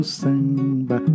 samba